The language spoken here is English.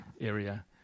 area